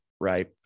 right